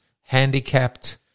handicapped